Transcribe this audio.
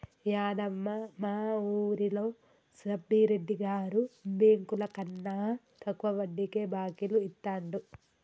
యాదమ్మ, మా వూరిలో సబ్బిరెడ్డి గారు బెంకులకన్నా తక్కువ వడ్డీకే బాకీలు ఇత్తండు